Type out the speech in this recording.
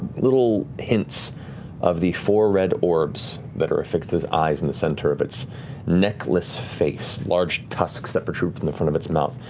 little hints of the four red orbs that are affixed as eyes in the center of its neckless face, large tusks that protrude from the front of its mouth.